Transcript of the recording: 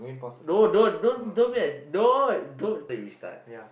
no don't don't don't be don't don't okay restart